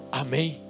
amém